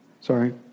sorry